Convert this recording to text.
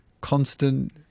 constant